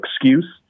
excuse